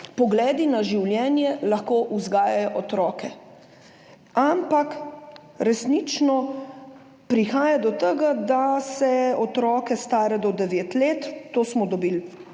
pogledi na življenje vzgajajo otroke. Ampak resnično prihaja do tega, da se otroke, stare do devet let, dobili